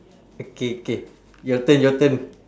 okay K your turn your turn